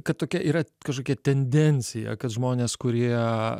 kad tokia yra kažkokia tendencija kad žmonės kurie